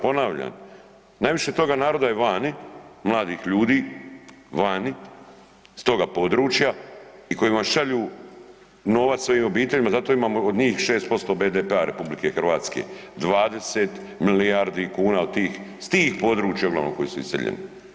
Ponavljam, najviše toga naroda je vani, mladih ljudi vani, s toga područja i koji vam šalju novac svojim obiteljima, zato imamo od njih 6% BDP-a RH, 20 milijardi kuna s tih područja uglavnom koji su iseljeni.